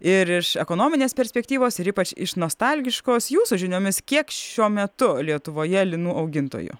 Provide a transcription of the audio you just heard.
ir iš ekonominės perspektyvos ir ypač iš nostalgiškos jūsų žiniomis kiek šiuo metu lietuvoje linų augintojų